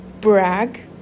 brag